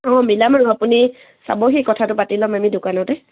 অঁ মিলাম আৰু আপুনি চাবহি কথাটো পাতি ল'ম আমি দোকানতে